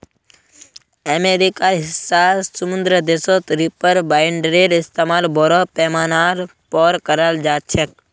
अमेरिकार हिस्सा समृद्ध देशत रीपर बाइंडरेर इस्तमाल बोरो पैमानार पर कराल जा छेक